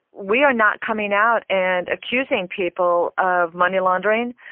we are not coming out and accusing people of money laundering,